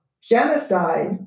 genocide